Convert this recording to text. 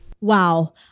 Wow